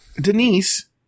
Denise